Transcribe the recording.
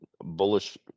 bullish